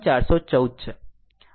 414 છે